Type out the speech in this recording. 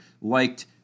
liked